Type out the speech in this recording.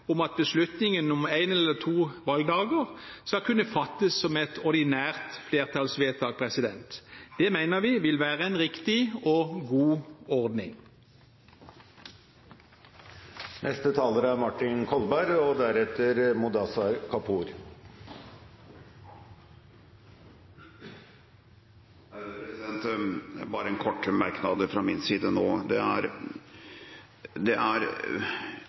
om at beslutningen om én eller to valgdager skal kunne fattes som et ordinært flertallsvedtak. Det mener vi vil være en riktig og god ordning. Bare en kort merknad fra min side til spørsmålet: Hvor får de det fra at dette vil innskrenke mulighetene? Jo, det